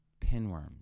pinworms